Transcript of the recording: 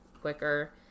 quicker